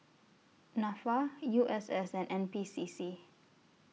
Nafa U S S and N P C C